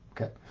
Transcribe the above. okay